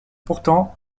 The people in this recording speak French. pourtant